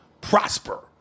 prosper